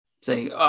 say